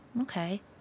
Okay